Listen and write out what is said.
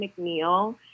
McNeil